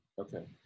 Okay